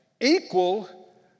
equal